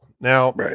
now